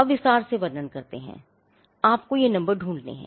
अब विस्तार से वर्णन करते हैं आपको ये नम्बर ढूंढने हैं